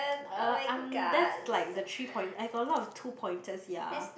uh I'm that's like the three point I got a lot of two pointers ya